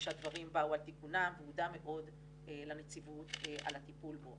שהדברים באו על תיקונם והוא הודה מאוד לנציבות על הטיפול בו.